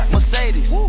Mercedes